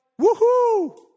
woohoo